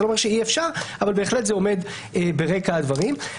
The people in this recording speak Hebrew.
זה לא אומר שאי אפשר אבל בהחלט זה עומד ברקע הדברים.